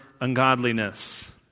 ungodliness